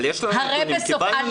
אבל יש לנו נתונים, קיבלנו נתונים.